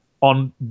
on